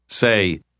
Say